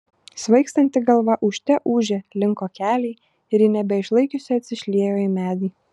svaigstanti galva ūžte ūžė linko keliai ir ji nebeišlaikiusi atsišliejo į medį